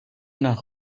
nach